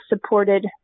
supported